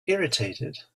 irritated